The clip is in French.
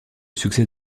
succès